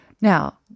Now